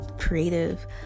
creative